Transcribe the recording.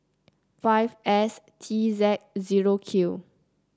five S T Z zero Q